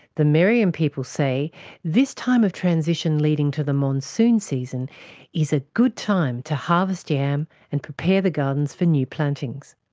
the meriam people say this time of transition leading to the monsoon season is a good time to harvest yam and prepare the gardens for new plantings.